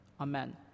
Amen